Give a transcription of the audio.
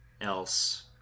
else